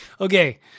Okay